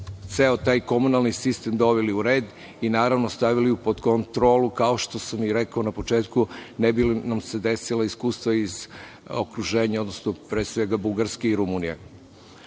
ceo taj komunalni sistem doveli u red i naravno stavili pod kontrolu, kao što sam i rekao na početku, ne bi li nam se desila iskustva iz okruženja, odnosno pre svega Bugarske i Rumunije. Predlog